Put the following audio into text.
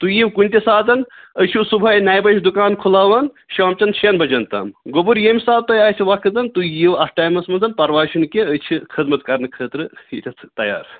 تُہۍ یِیِو کُنہِ تہِ ساتَن أسۍ چھِو صُبحٲے نیہِ بَجہِ دُکان کھُلاوان شامچن شٮ۪ن بَجَن تام گوٚبُر ییٚمہِ ساتہٕ تۄہہِ اَسہِ وقتَن تُہۍ یِیِو اَتھ ٹایمَس منٛز پرواے چھُنہٕ کیٚنٛہہ أسۍ چھِ خدمت کَرنہٕ خٲطرٕ ییٚتٮ۪تھ تیار